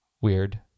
Weird